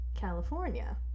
California